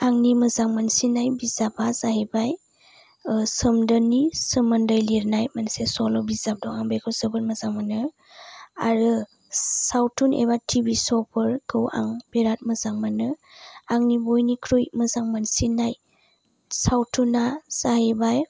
आंनि मोजां मोनसिननाय बिजाबा जाहैबाय सोमदोननि सोमोन्दै लिरनाय मोनसे सल' बिजाब दं आं बेखौ जोबोद मोजां मोनो आरो सावथुन एबा टिभि स' फोरखौ आं बिरात मोजां मोनो आंनि बयनिख्रुइ मोजां मोनसिननाय सावथुनआ जाहैबाय